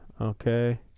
okay